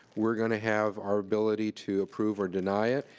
we're gonna have our ability to approve or deny it.